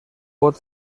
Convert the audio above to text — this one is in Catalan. pot